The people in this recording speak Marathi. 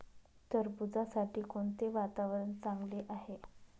टरबूजासाठी कोणते वातावरण चांगले आहे?